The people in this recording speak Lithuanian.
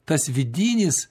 tas vidinis